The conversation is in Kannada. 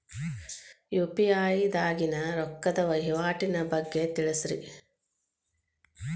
ಯು.ಪಿ.ಐ ದಾಗಿನ ರೊಕ್ಕದ ವಹಿವಾಟಿನ ಬಗ್ಗೆ ತಿಳಸ್ರಿ